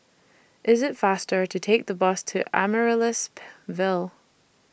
IT IS faster to Take The Bus to Amaryllis Ville